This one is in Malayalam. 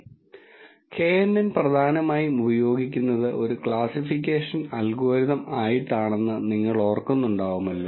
knn പ്രധാനമായും ഉപയോഗിക്കുന്നത് ഒരു ക്ലാസ്സിഫിക്കേഷൻ അൽഗോരിതം ആയിട്ടാണെന്ന് നിങ്ങൾ ഓർക്കുന്നുണ്ടാവുമല്ലോ